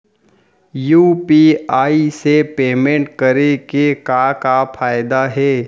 UPI से payment करे के का का फायदा हे?